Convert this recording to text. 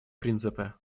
принципы